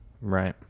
Right